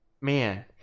Man